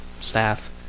staff